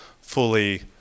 fully